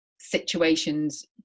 situations